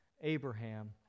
Abraham